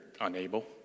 unable